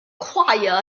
choir